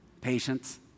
Patience